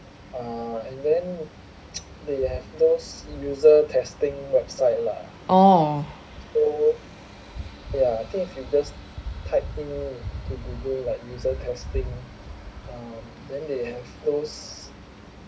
orh